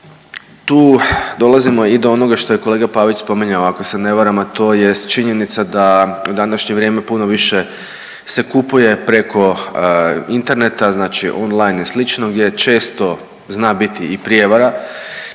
tu dolazimo i do onoga što je kolega Pavić spominjao, ako se ne varam, a to jest činjenica da današnje vrijeme puno više se kupuje preko interneta, znači online i slično gdje često zna biti i prijevara